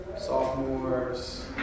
Sophomores